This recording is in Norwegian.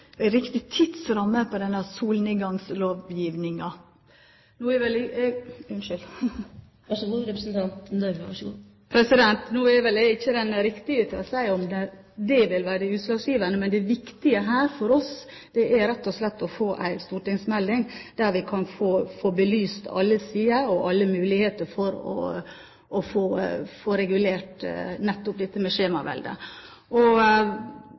ei riktig tidsramme for denne solnedgangslovgjevinga? Nå er vel ikke jeg den riktige til å si at det vil være utslagsgivende. Men det viktige her for oss er rett og slett å få en stortingsmelding der vi kan få belyst alle sider og alle muligheter for å få regulert nettopp skjemaveldet. Når det så gjelder spørsmålet om infrastrukturfondet, som ble nevnt i stad, har Høyre også et fond på 50 mrd. kr, som vi mener vil komme veldig godt med